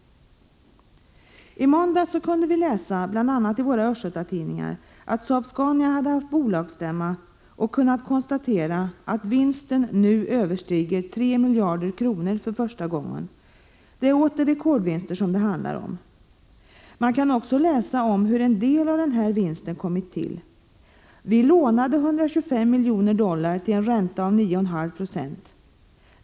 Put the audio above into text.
1985/86:124 måndags kunde man läsa, bl.a. i våra östgötatidningar, att Saab-Scania hade 23 april 1986 haft bolagsstämma och kunnat konstatera att vinsten nu för första gången överstiger tre miljarder kronor. Det handlar återigen om en rekordvinst. Man kan också läsa om hur en del av den här vinsten kommit till. Vi lånade, säger man i en intervju, 125 miljoner dollar till en ränta på 9,5 20.